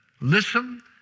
listen